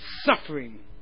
suffering